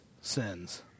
sins